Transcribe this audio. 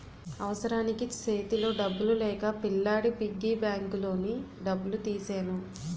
అవసరానికి సేతిలో డబ్బులు లేక పిల్లాడి పిగ్గీ బ్యాంకులోని డబ్బులు తీసెను